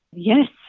yes.